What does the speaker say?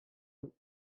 eux